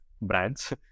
brands